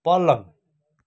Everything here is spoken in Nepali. पलङ